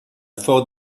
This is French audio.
fort